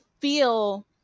feel